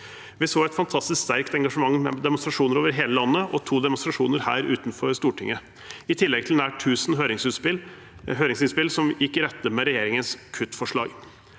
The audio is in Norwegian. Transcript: Vi så et fantastisk sterkt engasjement med demonstrasjoner over hele landet og to demonstrasjoner her utenfor Stortinget, i tillegg til nær tusen høringsinnspill som gikk i rette med regjeringens kuttforslag.